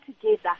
together